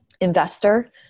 investor